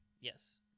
Yes